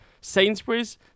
Sainsbury's